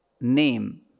name